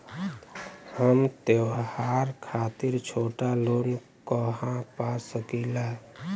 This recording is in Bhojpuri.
हम त्योहार खातिर छोटा लोन कहा पा सकिला?